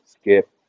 skip